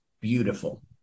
Beautiful